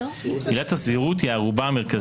עילת הסבירות היא הערובה המרכזית,